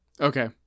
okay